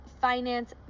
finance